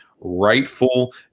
rightful